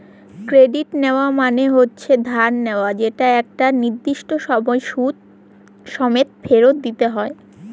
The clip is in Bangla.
ক্রেডিট নেওয়া মানে হচ্ছে ধার নেওয়া যেটা একটা নির্দিষ্ট সময় সুদ সমেত ফেরত দিতে হয়